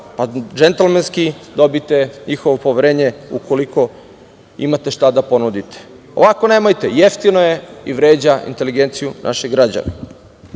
džentlmenski dobite njihovo poverenje, ukoliko imate šta da ponudite. Ovako nemojte. Jeftino je i vređa inteligenciju naših građana. Još